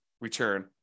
return